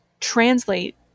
translate